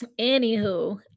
anywho